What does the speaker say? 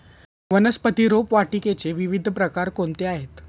वनस्पती रोपवाटिकेचे विविध प्रकार कोणते आहेत?